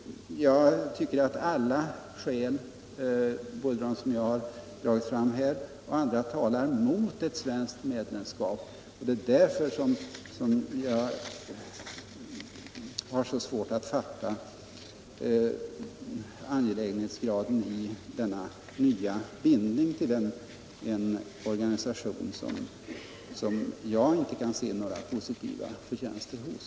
Jag tycker att alla skäl — både de jag har dragit fram här och andra — talar mot ett svenskt medlemskap. Det är därför jag har så svårt att fatta att det är så angeläget med denna bindning till en ny organisation som jag inte kan se några som helst förtjänster hos.